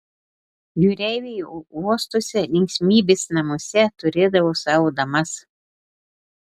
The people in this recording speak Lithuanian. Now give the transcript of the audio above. jūreiviai uostuose linksmybės namuose turėdavo savo damas